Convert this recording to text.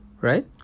right